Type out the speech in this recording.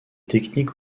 techniques